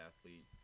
athlete